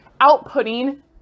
outputting